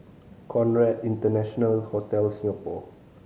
Conrad International Hotel Singapore